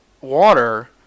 water